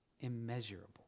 immeasurable